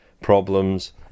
problems